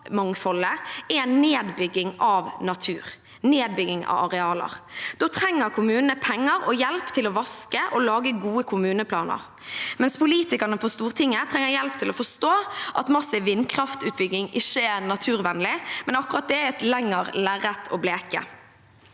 er nedbygging av natur, nedbygging av arealer. Da trenger kommunene penger og hjelp til å vaske og lage gode kommuneplaner, mens politikerne på Stortinget trenger hjelp til å forstå at massiv vindkraftutbygging ikke er naturvennlig – men akkurat det er et lengre lerret å bleke.